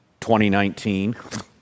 2019